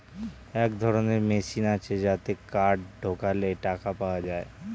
এক ধরনের মেশিন আছে যাতে কার্ড ঢোকালে টাকা পাওয়া যায়